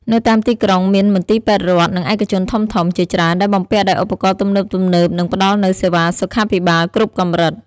នៅតាមទីក្រុង មាន មន្ទីរពេទ្យរដ្ឋ និងឯកជនធំៗ ជាច្រើនដែលបំពាក់ដោយឧបករណ៍ទំនើបៗ និងផ្តល់នូវសេវាសុខាភិបាលគ្រប់កម្រិត។